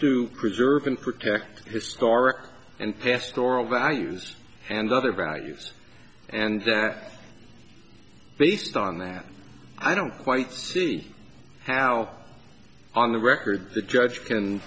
to preserve and protect his scar and pastoring values and other values and that based on that i don't quite see how on the record the judge can